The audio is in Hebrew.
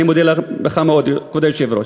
אני מודה לך מאוד, כבוד היושב-ראש.